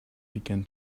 began